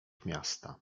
miasta